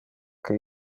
que